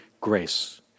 grace